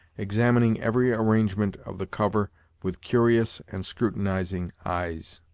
examining every arrangement of the cover with curious and scrutinizing eyes.